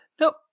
nope